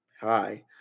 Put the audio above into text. hi